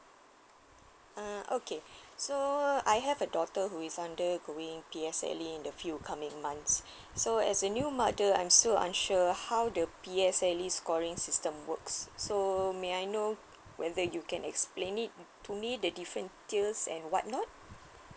uh okay so I have a daughter who is undergoing P_S_L_E in the few coming months so as a new mother I'm still unsure how the P_S_L_E scoring system works so may I know whether you can explain it to me the different tiers and what not